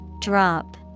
Drop